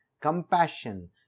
compassion